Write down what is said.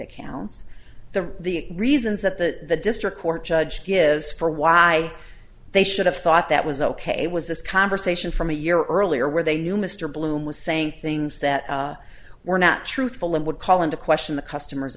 accounts the the reasons that the district court judge gives for why they should have thought that was ok was this conversation from a year earlier where they knew mr bloom was saying things that were not truthful and would call into question the customer